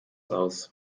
aus